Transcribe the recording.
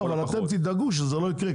לא, אבל אתם תדאגו שזה לא יקרה.